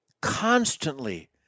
constantly